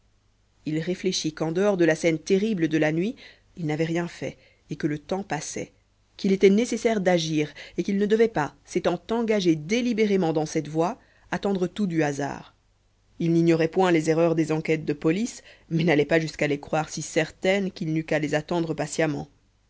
il réfléchit qu'en dehors de la scène terrible de la nuit il n'avait rien fait et que le temps passait qu'il était nécessaire d'agir et qu'il ne devait pas s'étant engagé délibérément dans cette voie attendre tout du hasard il n'ignorait point les erreurs des enquêtes de police mais n'allait pas jusqu'à les croire si certaines qu'il n'eût qu'à les attendre patiemment